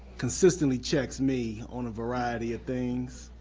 consistently checks me on a variety of things,